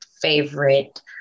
favorite